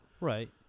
Right